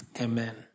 Amen